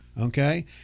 okay